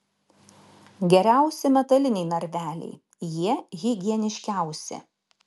geriausi metaliniai narveliai jie higieniškiausi